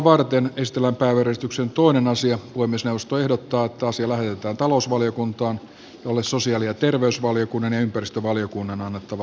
puhemiesneuvosto ehdottaa että asia lähetetään talousvaliokuntaan jolle sosiaali ja terveysvaliokunnan ja ympäristövaliokunnan on annettava lausunto